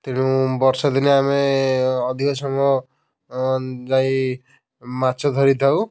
ତେଣୁ ବର୍ଷାଦିନେ ଆମେ ଅଧିକ ସମୟ ଯାଇ ମାଛ ଧରିଥାଉ